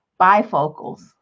Bifocals